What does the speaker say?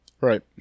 Right